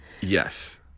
Yes